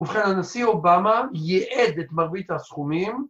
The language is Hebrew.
‫ובכן, הנשיא אובמה ‫יעד את מרבית הסכומים.